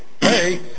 Hey